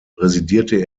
residierte